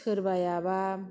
सोरबायाबा